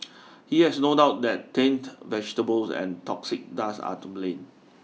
he has no doubt that tainted vegetables and toxic dust are to blame